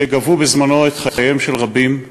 שגבו בזמנו את חייהם של רבים,